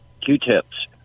Q-tips